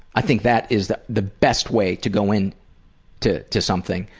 i think that is the the best way to go in to to something,